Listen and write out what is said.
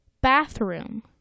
bathroom